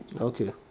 Okay